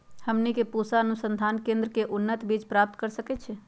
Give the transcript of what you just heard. हमनी के पूसा अनुसंधान केंद्र से उन्नत बीज प्राप्त कर सकैछे?